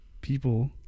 People